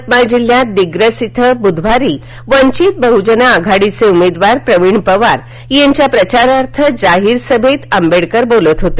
यवतमाळ जिल्ह्यात दिग्रस इथं ब्धवारी वंचित बहुजन आघाडीचे उमेदवार प्रवीण पवार यांच्या प्रचारार्थ जाहीर सभेत आंबेडकर बोलत होते